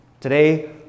Today